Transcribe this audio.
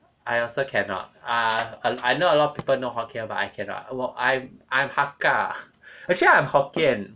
I also cannot ah a lot I know a lot of people know hokkien but I cannot 我 I'm I'm hakka actually I'm hokkien